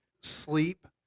sleep